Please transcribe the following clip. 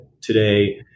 today